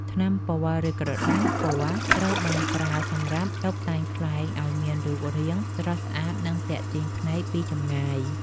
ថ្នាំពណ៌ ឬក្រដាសពណ៌ ត្រូវបានប្រើសម្រាប់តុបតែងខ្លែងឱ្យមានរូបរាងស្រស់ស្អាត និងទាក់ទាញភ្នែកពីចម្ងាយ។